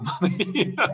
money